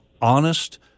honest